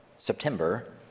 September